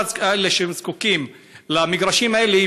כל אלה שזקוקים למגרשים האלה,